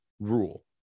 rule